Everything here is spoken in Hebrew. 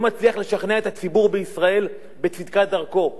לא מצליח לשכנע את הציבור בישראל בצדקת דרכו,